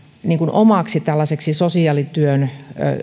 omaksi tällaiseksi sosiaalityön